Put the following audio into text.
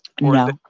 No